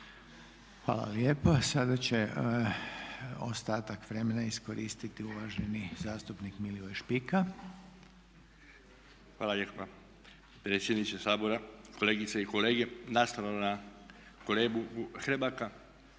Hvala lijepa. Sada će ostatak vremena iskoristiti uvaženi zastupnik Milivoj Špika. **Špika, Milivoj (BUZ)** Hvala lijepa predsjedniče Sabora, kolegice i kolege. Nastavno na kolegu Hrebaka